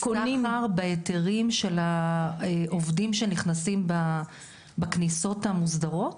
יש סחר בהיתרים של העובדים שנכנסים בכניסות המוסדרות?